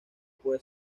puede